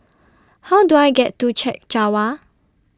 How Do I get to Chek Jawa